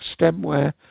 stemware